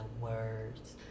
words